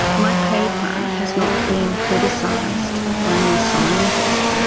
my paper has not been criticised by any scientist.